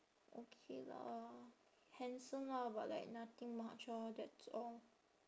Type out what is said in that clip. okay lah handsome lah but like nothing much orh that's all